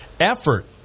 effort